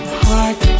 heart